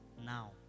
now